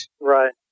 Right